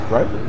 Right